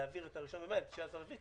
להעביר את הראשון במאי ל-19 באפריל.